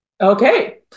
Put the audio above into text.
Okay